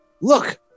look